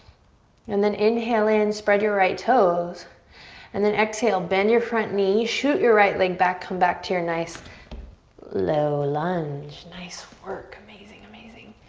and then inhale in, spread your right toes and then exhale, bend your front knee. you shoot your right leg back, come back to your nice low lunge. nice work, amazing, amazing.